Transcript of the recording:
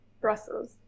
Brussels